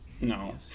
No